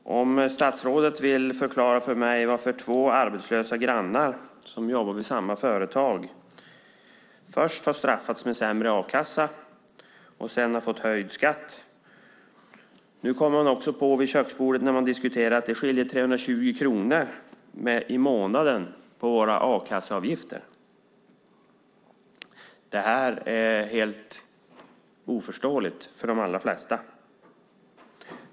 Jag vill be statsrådet förklara för mig varför två arbetslösa grannar som jobbat vid samma företag först har straffats med sämre a-kassa och sedan har fått höjd skatt. När man diskuterar vid köksbordet kommer man nu också på att det skiljer 320 kronor i månaden på a-kasseavgifterna. Det här är helt oförståeligt för de allra flesta.